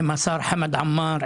עם השר חמד עמאר,